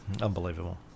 Unbelievable